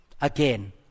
Again